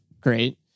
Great